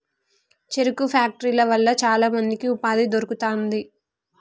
చెరుకు ఫ్యాక్టరీల వల్ల చాల మందికి ఉపాధి దొరుకుతాంది